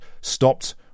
stopped